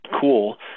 cool